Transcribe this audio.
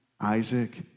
Isaac